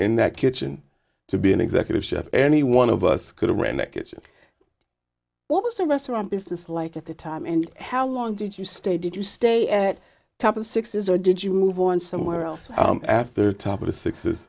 in that kitchen to be an executive chef any one of us could a redneck it what was the restaurant business like at the time and how long did you stay did you stay at the top of the sixty's or did you move on somewhere else after top of the sixe